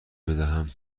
بدهم